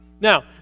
Now